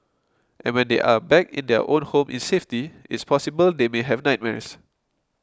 and when they are back in their own home in safety it's possible they may have nightmares